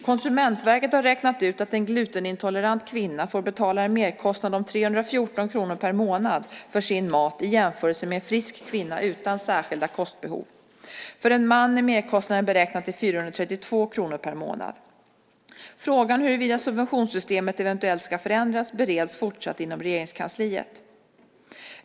Konsumentverket har räknat ut att en glutenintolerant kvinna får betala en merkostnad om 314 kr per månad för sin mat i jämförelse med en frisk kvinna utan särskilda kostbehov. För en man är merkostnaden beräknad till 432 kr per månad. Frågan huruvida subventionssystemet eventuellt ska förändras bereds fortsatt inom Regeringskansliet.